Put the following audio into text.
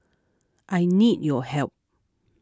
I need your help